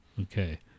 Okay